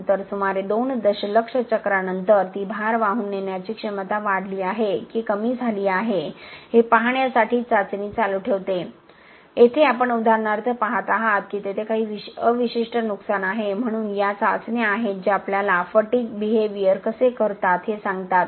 नंतर सुमारे 2 दशलक्ष चक्रानंतर ती भार वाहून नेण्याची क्षमता वाढली आहे की कमी झाली आहे हे पाहण्यासाठी चाचणी चालू ठेवते येथे आपण उदाहरणार्थ पहात आहात की तेथे काही अवशिष्ट नुकसान आहे म्हणून या चाचण्या आहेत जे आपल्याला फटीग बिहेविहयर कसे करतात हे सांगतात